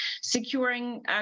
securing